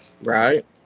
Right